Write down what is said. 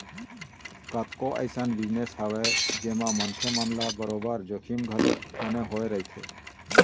कतको अइसन बिजनेस हवय जेमा मनखे मन ल बरोबर जोखिम घलोक बने होय रहिथे